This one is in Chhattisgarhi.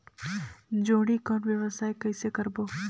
जोणी कौन व्यवसाय कइसे करबो?